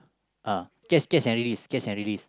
uh catch catch and release catch and release